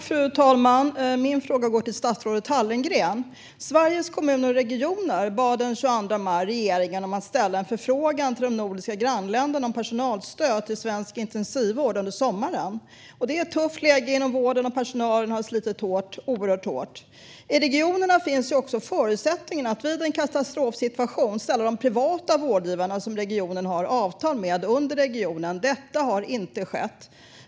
Fru talman! Min fråga går till statsrådet Hallengren. Sveriges Kommuner och Regioner bad den 22 maj regeringen att rikta en förfrågan till de nordiska grannländerna om personalstöd till svensk intensivvård under sommaren. Det är ett tufft läge inom vården, och personalen har slitit oerhört hårt. I regionerna finns också förutsättningar för att vid en katastrofsituation ställa de privata vårdgivare som regionen har avtal med under regionen. Detta har inte skett.